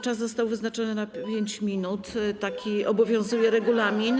Czas został wyznaczony na 5 minut, taki obowiązuje regulamin.